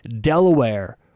Delaware